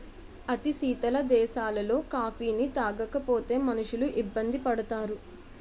అతి శీతల దేశాలలో కాఫీని తాగకపోతే మనుషులు ఇబ్బంది పడతారు